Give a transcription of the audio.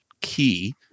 key